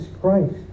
Christ